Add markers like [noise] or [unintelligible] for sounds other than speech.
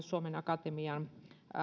[unintelligible] suomen akatemian